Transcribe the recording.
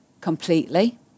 completely